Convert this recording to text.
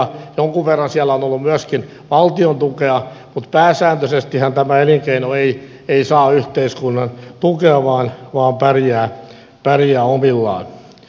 jonkun verran siellä on ollut myöskin valtion tukea mutta pääsääntöisestihän tämä elinkeino ei saa yhteiskunnan tukea vaan pärjää omillaan